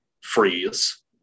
freeze